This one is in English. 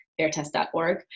fairtest.org